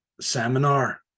seminar